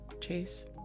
chase